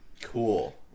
Cool